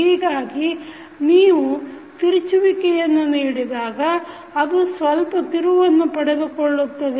ಹೀಗಾಗಿ ನೀವು ತಿರುಚುವಿಕೆಯನ್ನು ನೀಡಿದಾಗ ಅದು ಸ್ವಲ್ಪ ತಿರುವನ್ನು ಪಡೆದುಕೊಳ್ಳುತ್ತದೆ